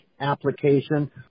application